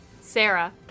Sarah